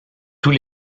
tous